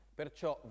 perciò